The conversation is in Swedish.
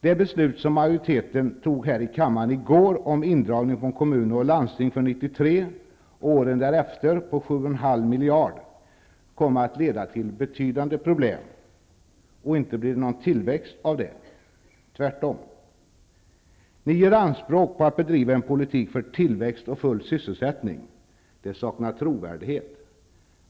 Det beslut som majoriteten fattade här i kammaren i går om att dra in 7,5 miljarder från kommuner och landsting för 1993 och åren därefter kommer att leda till betydande problem. Inte blir det någon tillväxt av det. Tvärtom. Ni gör anspråk på att bedriva en politik för tillväxt och full sysselsättning. Det saknar trovärdighet.